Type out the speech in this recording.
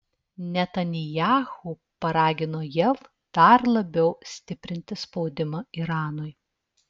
netanyahu paragino jav dar labiau stiprinti spaudimą iranui